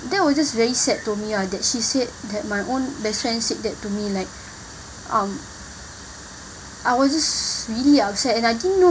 that was just really sad to me ah that she said that my own best friend said that to me like um I was just really upset and I didn't know